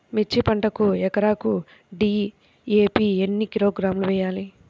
మిర్చి పంటకు ఎకరాకు డీ.ఏ.పీ ఎన్ని కిలోగ్రాములు వేయాలి?